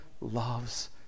loves